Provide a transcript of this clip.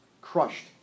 crushed